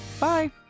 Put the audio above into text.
Bye